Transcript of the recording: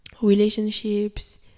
relationships